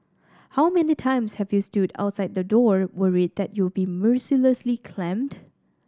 how many times have you stood outside the door worried that you'll be mercilessly clamped